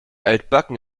altbacken